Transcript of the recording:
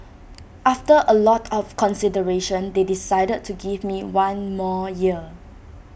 after A lot of consideration they decided to give me one more year